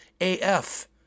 AF